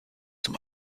zum